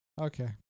Okay